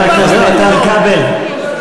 חבר הכנסת איתן כבל,